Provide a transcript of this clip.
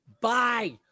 Bye